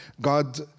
God